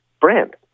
brand